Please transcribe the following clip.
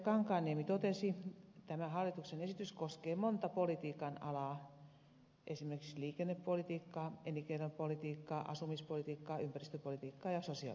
kankaanniemi totesi tämä hallituksen esitys koskee useaa politiikan alaa esimerkiksi liikennepolitiikkaa elinkeinopolitiikkaa asumispolitiikkaa ympäristöpolitiikkaa ja sosiaalipolitiikkaa